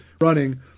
running